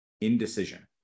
indecision